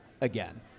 again